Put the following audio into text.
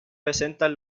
presentan